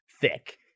thick